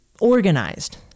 organized